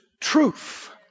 truth